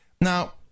Now